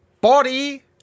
Body